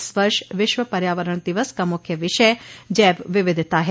इस वर्ष विश्व पर्यावरण दिवस का मुख्य विषय जैव विविधता है